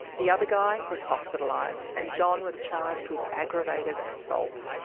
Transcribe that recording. the other guy was hospitalised and john was charged with aggravated assault.